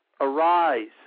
arise